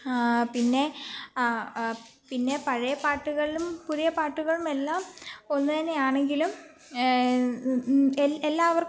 പിന്നെ പിന്നെ പഴയ പാട്ടുകളിലും പുതിയ പാട്ടുകളുമെല്ലാം ഒന്ന് തന്നെ ആണെങ്കിലും എല്ലാവർക്കും